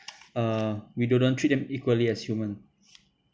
uh we treat them equally as human